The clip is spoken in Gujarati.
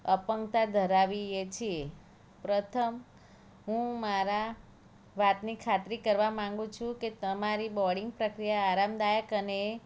અપંગતા ધરાવીએ છીએ પ્રથમ હું મારા વાતની ખાતરી કરવા માંગુ છું કે તમારી બોર્ડિંગ પ્રક્રિયા આરામદાયક અને